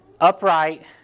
upright